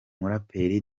muraperi